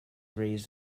raised